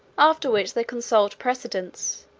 after which they consult precedents,